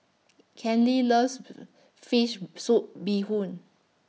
Kenley loves Fish Soup Bee Hoon